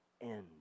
end